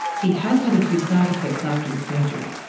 he has had a few side effects after the surgery.